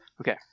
Okay